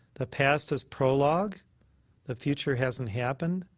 the past is prologue the future hasn't happened.